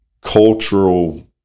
cultural